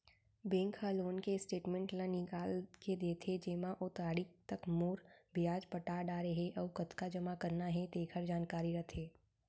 bank ह loan के statement ल निकाल के देथे जेमा ओ तारीख तक मूर, बियाज पटा डारे हे अउ कतका जमा करना हे तेकर जानकारी रथे